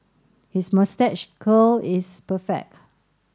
his moustache curl is perfect